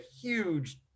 huge